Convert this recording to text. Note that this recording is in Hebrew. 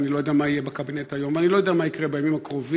ואני לא יודע מה יהיה בקבינט היום ואני לא יודע מה יקרה בימים הקרובים,